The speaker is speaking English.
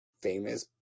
famous